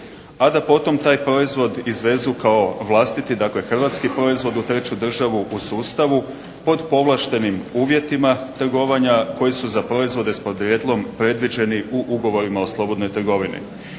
a da potom taj proizvod izvezu kao vlastiti, dakle hrvatski proizvod u treću državu u sustavu pod povlaštenim uvjetima trgovanja koje su za proizvode s podrijetlom predviđeni u ugovorima o slobodnoj trgovini.